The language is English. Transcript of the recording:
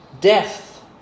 Death